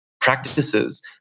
practices